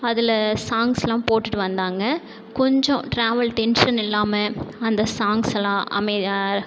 அதில் சாங்ஸ்லாம் போட்டுகிட்டு வந்தாங்க கொஞ்சம் டிராவல் டென்ஷன் இல்லாமல் அந்த சாங்ஸ்லாம் அமைதியாக